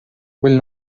will